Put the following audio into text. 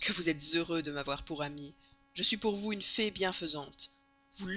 que vous êtes heureux de m'avoir pour amie je suis pour vous une fée bienfaisante vous